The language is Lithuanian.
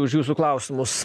už jūsų klausimus